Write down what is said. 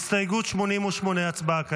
הסתייגות 88, הצבעה כעת.